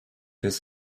its